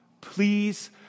Please